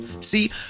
See